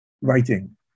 writing